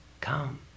come